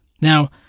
Now